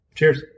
Cheers